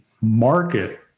market